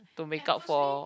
to make up for